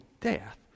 death